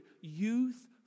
youth